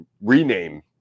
rename